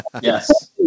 Yes